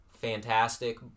fantastic